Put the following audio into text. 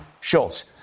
Schultz